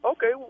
Okay